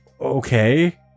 okay